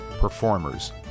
performers